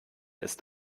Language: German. ist